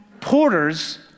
Porters